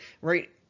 right